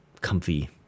comfy